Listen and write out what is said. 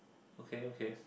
okay okay